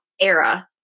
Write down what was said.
era